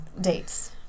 dates